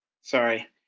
sorry